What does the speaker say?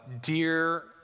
dear